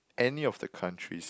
any of the countries